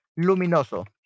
luminoso